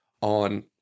on